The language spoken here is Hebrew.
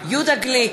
יהודה גליק,